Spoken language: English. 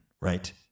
right